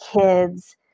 kids